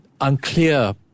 unclear